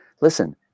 listen